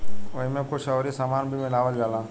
ओइमे कुछ अउरी सामान भी मिलावल जाला